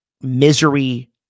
misery